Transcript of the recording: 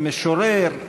משורר,